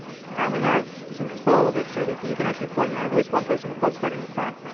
and we have some control of it, so that you can actually plug, you know at least one person can plug straight into the front.